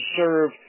serve